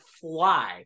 fly